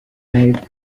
male